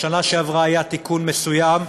בשנה שעברה היה תיקון מסוים,